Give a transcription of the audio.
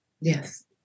Yes